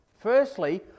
Firstly